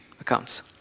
accounts